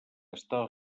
està